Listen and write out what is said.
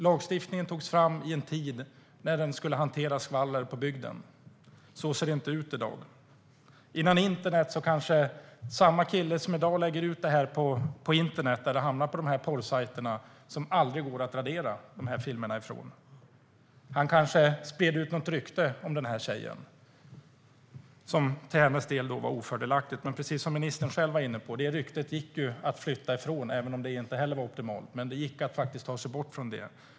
Lagstiftningen togs fram i en tid när den skulle hantera skvaller på bygden. Så ser det inte ut i dag. Samma kille som i dag lägger ut filmerna eller bilderna på internet, där de hamnar på porrsajterna och aldrig går att radera, spred före internet kanske ut något rykte som för tjejens del var ofördelaktigt. Men som ministern var inne på gick det ryktet att flytta ifrån, även om det inte var optimalt. Det gick att ta sig bort från det.